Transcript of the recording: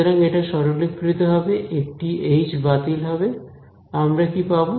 সুতরাং এটা সরলীকৃত হবে একটা এইচ বাতিল হবে আমরা কি পাবো